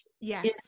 Yes